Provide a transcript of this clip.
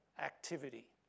activity